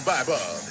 Bible